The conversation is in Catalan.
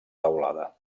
teulada